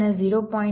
2 છે